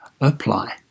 apply